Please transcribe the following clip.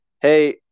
hey